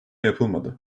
yapılmadı